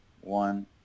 one